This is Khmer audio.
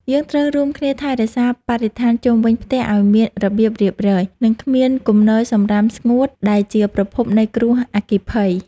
យើងត្រូវរួមគ្នាថែរក្សាបរិស្ថានជុំវិញផ្ទះឱ្យមានរបៀបរៀបរយ និងគ្មានគំនរសំរាមស្ងួតដែលជាប្រភពនៃគ្រោះអគ្គិភ័យ។